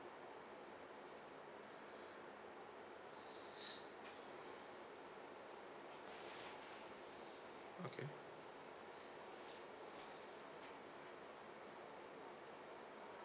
okay